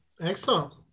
Excellent